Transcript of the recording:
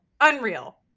Unreal